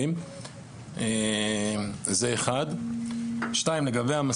אני אגיד לך משהו.